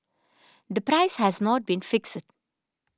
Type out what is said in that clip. the price has not been fixed